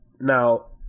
Now